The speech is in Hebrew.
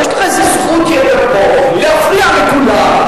יש לך איזו זכות יתר פה להפריע פה לכולם,